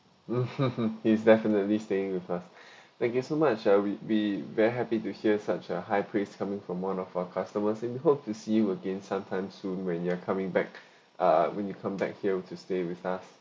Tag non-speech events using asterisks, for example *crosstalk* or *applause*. *laughs* he is definitely staying with us you so much uh we we very happy to hear such a high praise coming from one of our customers and we hope to see you again sometime soon when you are coming back uh when you come back here to stay with us